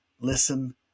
listen